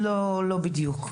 לא בדיוק.